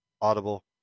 Audible